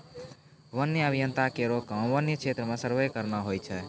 वन्य अभियंता केरो काम वन्य क्षेत्र म सर्वे करना होय छै